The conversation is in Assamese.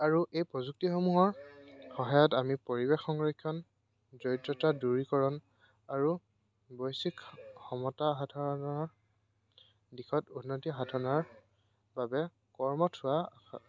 আৰু এই প্ৰযুক্তিসমূহৰ সহায়ত আমি পৰিৱেশ সংৰক্ষণ দৰিদ্ৰতা দূৰীকৰণ আৰু সমতা সাধাৰণৰ দিশত উন্নতি সাধনাৰ বাবে কৰ্মত হোৱা